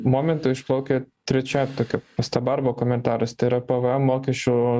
momento išplaukia trečia tokia pastaba arba komentaras tai yra pvm mokesčių